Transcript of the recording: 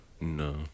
No